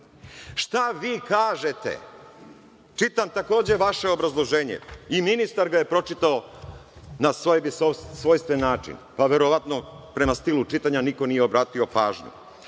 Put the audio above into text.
vi kažete? Čitam takođe vaše obrazloženje, i ministar ga je pročitao na sebi svojstven način, pa verovatno prema stilu čitanja niko nije obratio pažnju.